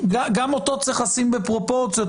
אותו צריך לשים בפרופורציות,